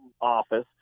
Office